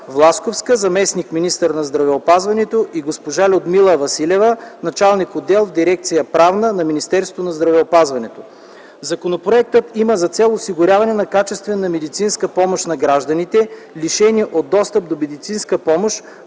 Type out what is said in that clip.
Власковска, заместник-министър на здравеопазването, и госпожа Людмила Василева – началник отдел в дирекция „Правна” на Министерство на здравеопазването. Законопроектът има за цел осигуряване на качествена медицинска помощ на гражданите, лишени от достъп до медицинска помощ